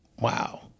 wow